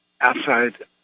outside